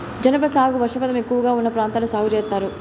జనప సాగు వర్షపాతం ఎక్కువగా ఉన్న ప్రాంతాల్లో సాగు చేత్తారు